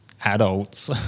adults